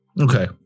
Okay